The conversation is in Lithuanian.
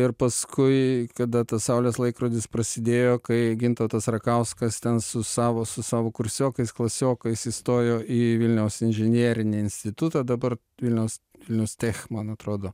ir paskui kada tas saulės laikrodis prasidėjo kai gintautas rakauskas ten su savo su savo kursiokais klasiokais įstojo į vilniaus inžinerinį institutą dabar vilniaus vilniaus tech man atrodo